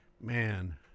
man